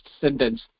sentence